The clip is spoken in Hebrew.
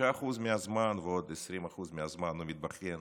35% מהזמן, ועוד 20% מהזמן הוא מתבכיין